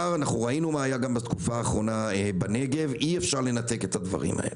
ראינו גם מה היה בתקופה האחרונה בנגב אי אפשר לנתק את הדברים האלה.